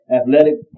athletic